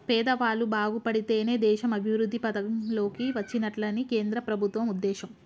పేదవాళ్ళు బాగుపడితేనే దేశం అభివృద్ధి పథం లోకి వచ్చినట్లని కేంద్ర ప్రభుత్వం ఉద్దేశం